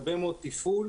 הרבה מאוד תפעול,